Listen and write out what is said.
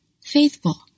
faithful